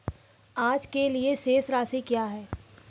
आज के लिए शेष राशि क्या है?